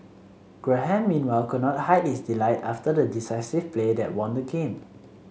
Graham meanwhile could not his delight after the decisive play that won the game